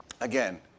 Again